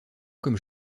comme